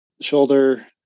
Shoulder